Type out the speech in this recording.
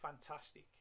fantastic